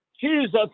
Jesus